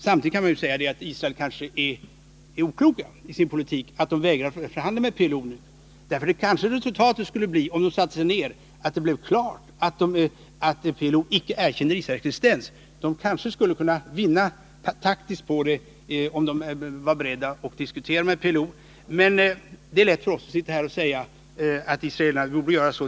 Samtidigt kan vi säga att israelerna kanske är okloka i sin politik att vägra förhandla med PLO nu, för resultatet kanske skulle bli, om de satte sig ner och förhandlade, att det stod klart att PLO icke erkänner Israels existens. Israelerna kanske skulle kunna vinna taktiskt på om de var beredda att diskutera med PLO. Men det är lätt för oss att sitta här och säga att israelerna borde göra så.